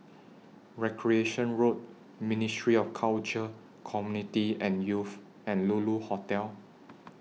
Recreation Road Ministry of Culture Community and Youth and Lulu Hotel